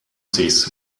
this